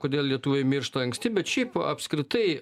kodėl lietuviai miršta anksti bet šiaip apskritai